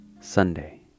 Sunday